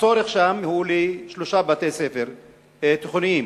הצורך שם הוא בשלושה בתי-ספר תיכוניים.